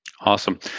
Awesome